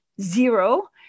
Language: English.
zero